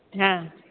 हँ